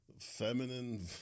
feminine